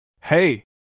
Hey